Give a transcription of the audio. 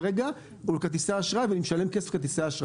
כרגע זה בכרטיסי אשראי ואני משלם כסף לכרטיסי האשראי.